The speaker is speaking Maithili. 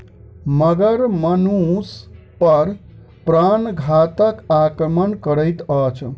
मगर मनुष पर प्राणघातक आक्रमण करैत अछि